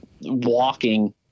walking